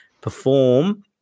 perform